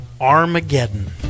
Armageddon